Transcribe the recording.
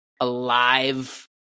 alive